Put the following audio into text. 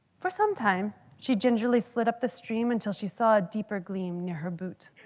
for some time, she gingerly slid up the stream until she saw a deeper gleam near her boot.